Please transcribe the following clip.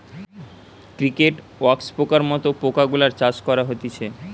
cricket, wax পোকার মত পোকা গুলার চাষ করা হতিছে